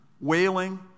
wailing